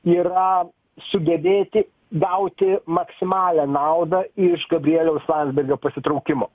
yra sugebėti gauti maksimalią naudą iš gabrieliaus landsbergio pasitraukimo